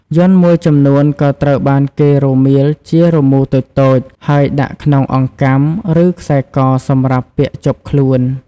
យ័ន្តមួយចំនួនក៏ត្រូវបានគេរមៀលជារមូរតូចៗ ហើយដាក់ក្នុងអង្កាំ ឬខ្សែកសម្រាប់ពាក់ជាប់ខ្លួន។